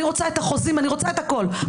אני רוצה את החוזים, אני רוצה את הכול.